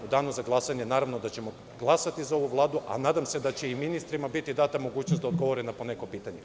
U danu za glasanje, naravno da ćemo glasati za ovu Vladu, a nadam se da će i ministrima biti data mogućnost da odgovore na poneko pitanje.